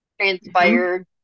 transpired